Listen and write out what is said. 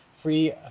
free